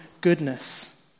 goodness